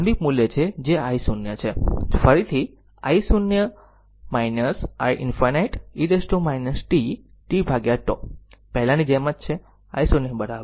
અને આ i0 એ પ્રારંભિક મૂલ્ય છે જે i0 છે ફરીથી તે i0 iinfinity e t tτ પહેલાની જેમ છે i0I0 છે